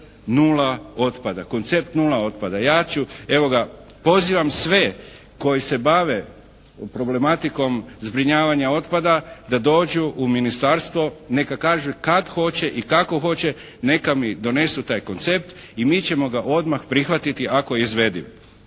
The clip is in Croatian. koncept nula otpada. Ja ću, evo pozivam sve koji se bave problematikom zbrinjavanja otpada da dođu u ministarstvo, neka kažu kad hoće i kako hoće, neka mi donesu taj koncept i mi ćemo ga odmah prihvatiti ako je izvediv.